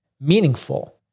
meaningful